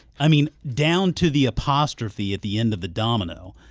i mean down to the apostrophe at the end of the domino.